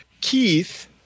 Keith